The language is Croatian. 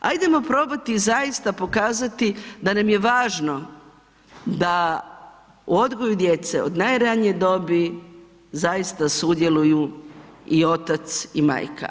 Hajdemo probati zaista pokazati da nam je važno da u odgoju djece od najranije dobi zaista sudjeluju i otac i majka.